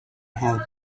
how